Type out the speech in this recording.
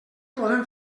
podem